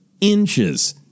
inches